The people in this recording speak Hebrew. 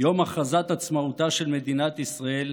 יום הכרזת עצמאותה של מדינת ישראל,